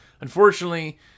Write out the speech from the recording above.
Unfortunately